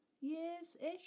years-ish